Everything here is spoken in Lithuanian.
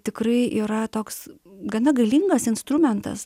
tikrai yra toks gana galingas instrumentas